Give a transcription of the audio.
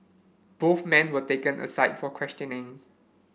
both men were taken aside for questioning